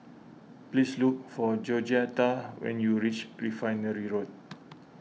please look for Georgetta when you reach Refinery Road